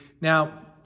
Now